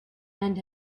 and